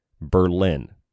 Berlin